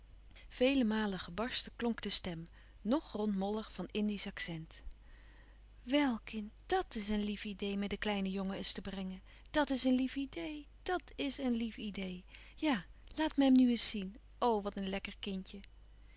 vele malen gebarsten klonk de stem ng rond mollig van indiesch accent wel kind dàt is een lief idee me den kleinen jongen eens te brengen dat is een lief idee dat is een lief idee ja laat me hem nu eens zien o wat een lekker kindje